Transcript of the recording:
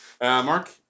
Mark